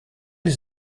les